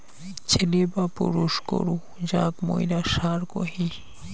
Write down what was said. ছেলে বা পুরুষ গরু যাক মুইরা ষাঁড় কহি